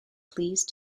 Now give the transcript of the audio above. pleased